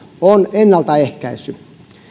on ennaltaehkäisy